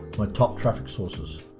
my top traffic sources.